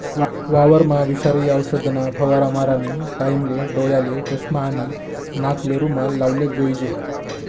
वावरमा विषारी औषधना फवारा मारानी टाईमले डोयाले चष्मा आणि नाकले रुमाल लावलेच जोईजे